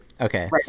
okay